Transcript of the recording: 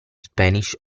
spanish